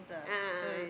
a'ah a'ah